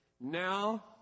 Now